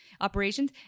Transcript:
Operations